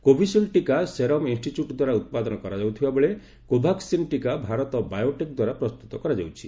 କୋଭିସିଲ୍ ପ୍ରତିଷେଧକ Serum Institute ଦ୍ୱାରା ଉତ୍ପାଦନ କରାଯାଉଥିବା ବେଳେ କୋଭାକୁିନ୍ ଟିକା ଭାରତ ବାୟୋଟେକ୍ ଦ୍ୱାରା ପ୍ରସ୍ତୁତ କରାଯାଉଛି